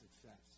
success